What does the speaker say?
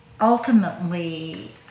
Ultimately